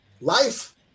life